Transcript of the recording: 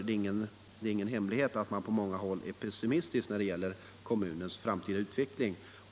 Det är ingen hemlighet att man på många håll är pessimistisk om kommunens framtida utveckling.